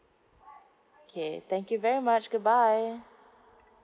okay thank you very much goodbye